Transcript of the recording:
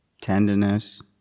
tenderness